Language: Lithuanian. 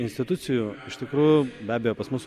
institucijų iš tikrųjų be abejo pas mus